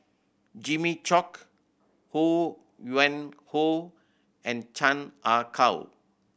Jimmy Chok Ho Yuen Hoe and Chan Ah Kow